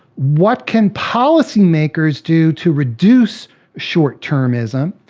what can policymakers do to reduce short-termism?